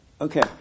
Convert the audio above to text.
Okay